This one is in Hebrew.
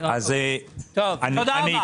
תודה רבה.